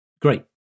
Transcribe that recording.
Great